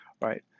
right